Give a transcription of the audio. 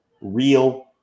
real